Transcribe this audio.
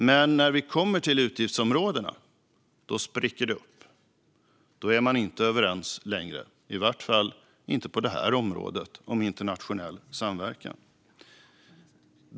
Men när vi kommer till utgiftsområdena spricker det upp. Då är man inte överens längre, i vart fall inte på området Internationell samverkan.